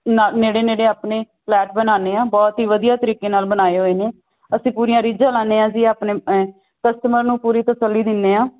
ਨੇ ਨੇੜੇ ਨੇੜੇ ਆਪਣੇ ਫਲੈਟ ਬਣਾਉਂਦੇ ਆ ਬਹੁਤ ਹੀ ਵਧੀਆ ਤਰੀਕੇ ਨਾਲ ਬਣਾਏ ਹੋਏ ਨੇ ਅਸੀਂ ਪੂਰੀਆਂ ਰੀਝਾਂ ਲਾਉਨੇ ਆ ਜੀ ਆਪਣੇ ਕਸਟਮਰ ਨੂੰ ਪੂਰੀ ਤਸੱਲੀ ਦਿੰਦੇ ਹਾਂ